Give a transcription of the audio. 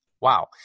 wow